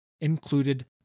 included